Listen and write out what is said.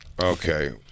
Okay